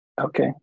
Okay